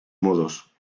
modos